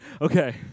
Okay